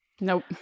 Nope